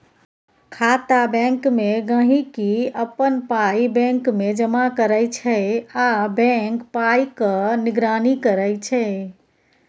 खाता बैंकमे गांहिकी अपन पाइ बैंकमे जमा करै छै आ बैंक पाइक निगरानी करै छै